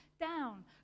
down